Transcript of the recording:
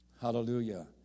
Hallelujah